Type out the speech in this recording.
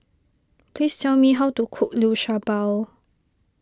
please tell me how to cook Liu Sha Bao